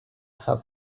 how